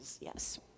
yes